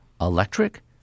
electric